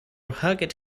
hugged